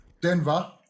Denver